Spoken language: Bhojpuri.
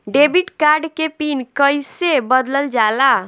डेबिट कार्ड के पिन कईसे बदलल जाला?